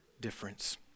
difference